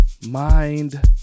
mind